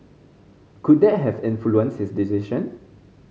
could that have influenced his decision